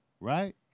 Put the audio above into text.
right